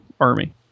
army